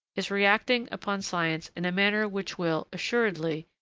is reacting upon science in a manner which will, assuredly,